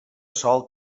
sòl